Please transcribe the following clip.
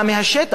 יש מורים,